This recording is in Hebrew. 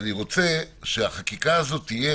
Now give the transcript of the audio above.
רוצה שהחקיקה הזאת תהיה,